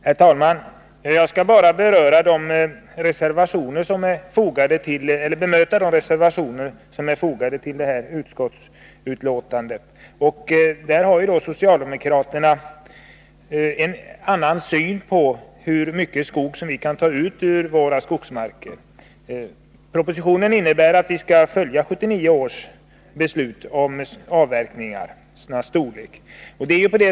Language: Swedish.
Herr talman! Jag skall bara bemöta de reservationer som är fogade till detta utskottsbetänkande. Socialdemokraterna har ju en annan syn på hur mycket skog som vi kan ta ut ur våra skogsmarker. Propositionen innebär att vi skall följa 1979 års beslut om avverkningarnas storlek.